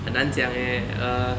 很难讲 eh err